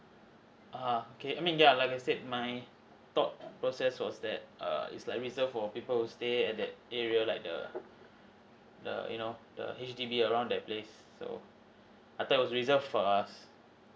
(uh huh) okay I mean yeah like I said my thought process was that err is like reserve for people who stay at that area like the the you know the H_D_B around that place so I thought it was reserved for us